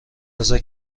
بزار